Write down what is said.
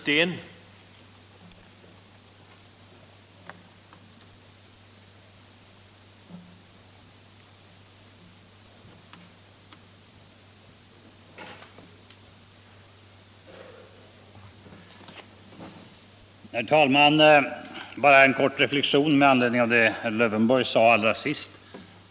Herr talman! Bara en kort reflexion med anledning av det som herr Lövenborg sade allra sist.